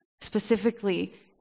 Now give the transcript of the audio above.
specifically